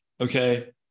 okay